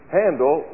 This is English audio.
handle